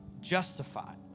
justified